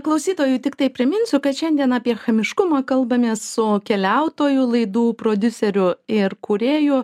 klausytojui tiktai priminsiu kad šiandien apie chamiškumą kalbamės su keliautoju laidų prodiuseriu ir kūrėju